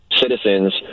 citizens